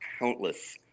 countless